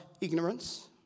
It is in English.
ignorance